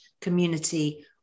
community